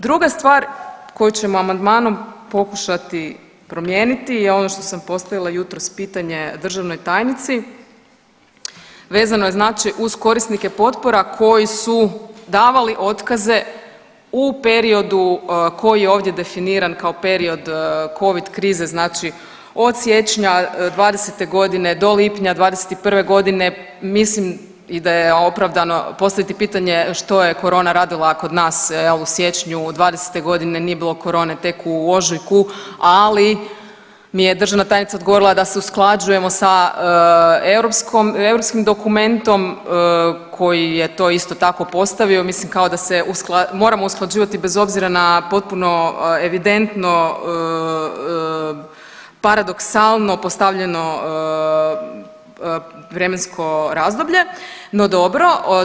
Druga stvar koju ćemo amandmanom pokušati promijeniti je ono što sam postavila jutros pitanje državnoj tajnici, vezano je znači uz korisnike potpora koji su davali otkaze u periodu koji je ovdje definiran kao period Covid krize, znači od siječnja '20. godine do lipnja '21. godine mislim i da je opravdano postaviti pitanje što je korona radila kod nas u siječnju '20. godine nije bilo korone tek u ožujku, ali mi je državna tajnica odgovorila da se usklađujemo europskom, europskim dokumentom koji je to isto tako postavio mislim kao da se moramo usklađivati bez obzira na potpuno evidentno paradoksalno postavljeno vremensko razdoblje, no dobro.